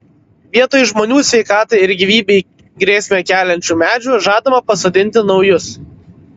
vietoj žmonių sveikatai ir gyvybei grėsmę keliančių medžių žadama pasodinti naujus